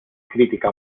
crítica